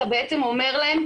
אתה בעצם אומר להם,